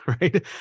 right